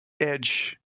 edge